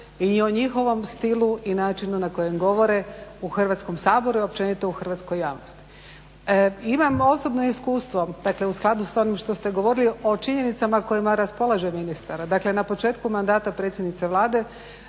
i o njihovom stilu i načinu na koji govore u Hrvatskom saboru i općenito u hrvatskoj javnosti. Imam osobno iskustvo, dakle u skladu s onim što ste govorili, o činjenicama kojima raspolaže ministar. Dakle, na početku mandata predsjednice Vlade